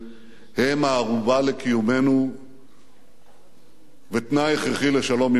הם הערובה לקיומנו ותנאי הכרחי לשלום עם שכנינו.